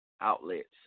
outlets